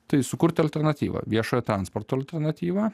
tai sukurti alternatyvą viešojo transporto alternatyvą